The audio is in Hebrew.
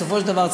בסופו של דבר,